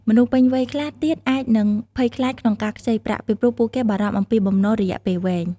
មនុស្សពេញវ័យខ្លះទៀតអាចនឹងភ័យខ្លាចក្នុងការខ្ចីប្រាក់ ពីព្រោះពួកគេបារម្ភអំពីបំណុលរយៈពេលវែង។